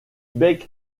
bec